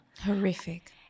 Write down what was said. Horrific